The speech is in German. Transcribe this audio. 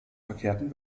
verkehrten